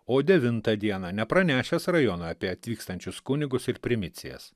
o devintą dieną nepranešęs rajoną apie atvykstančius kunigus ir primicijas